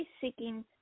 seeking